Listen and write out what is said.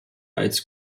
als